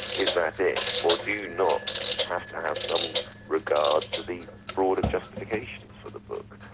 is that it, or do you not have to have some regard to the broader justifications for the book?